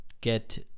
get